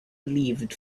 relieved